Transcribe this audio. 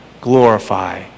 glorify